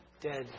dead